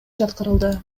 жаткырылды